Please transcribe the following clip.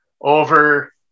over